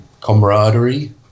camaraderie